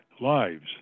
lives